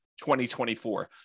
2024